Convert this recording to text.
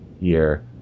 year